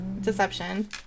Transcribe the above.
deception